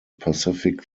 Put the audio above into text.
pacific